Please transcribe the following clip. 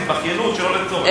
זו התבכיינות שלא לצורך.